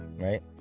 right